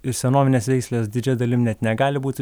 ir senovinės veislės didžia dalimi net negali būti